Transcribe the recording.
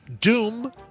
Doom